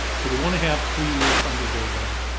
so they wanna have three years under their belt.